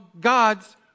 God's